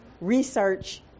research